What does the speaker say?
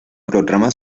programa